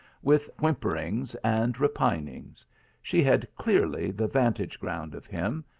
with whimperings and repinings she had clearly the vantage-ground of him,